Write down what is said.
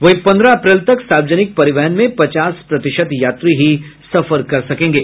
वहीं पंद्रह अप्रैल तक सार्वजनिक परिवहन में पचास प्रतिशत यात्री ही सफर कर सकेंगे